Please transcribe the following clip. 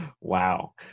Wow